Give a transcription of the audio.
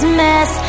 mess